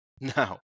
Now